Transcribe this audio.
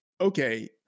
okay